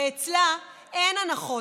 ואצלה אין הנחות,